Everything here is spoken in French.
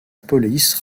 police